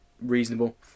reasonable